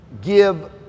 give